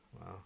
Wow